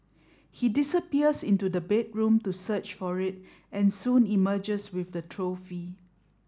he disappears into the bedroom to search for it and soon emerges with the trophy